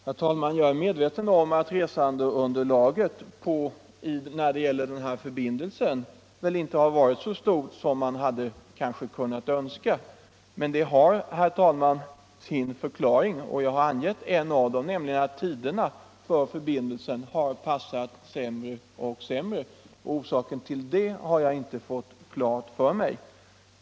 Herr talman! Jag är medveten om att resandeunderlaget när det gäller — ping-Stockholm den här förbindelsen väl inte har varit så stort som man kanske kunnat önska. Men det har, herr talman, sina förklaringar, och jag har angett en av dem, nämligen att tiderna för förbindelsen har passat sämre och sämre. Orsaken till tidtabellförändringarna har jag inte fått klar för mig.